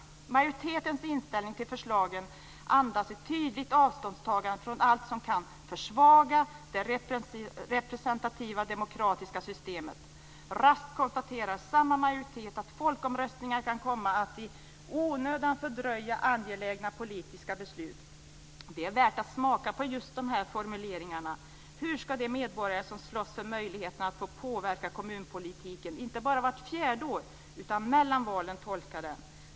Majoritetens inställning till förslagen andas ett tydligt avståndstagande från allt som kan "försvaga det representativa demokratiska systemet". Raskt konstaterar samma majoritet att folkomröstningar kan komma att "i onödan fördröja angelägna politiska beslut". Det är värt att smaka på de här formuleringarna. Hur ska de medborgare som slåss för möjligheten att få påverka kommunpolitiken, inte bara vart fjärde år utan också mellan valen, tolka dem?